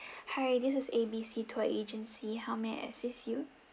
hi this is A B C tour agency how may I assist you